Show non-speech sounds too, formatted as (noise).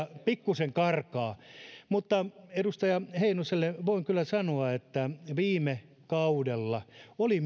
pikkuisen karkaa mutta edustaja heinoselle voin kyllä sanoa että myös viime kaudella oli (unintelligible)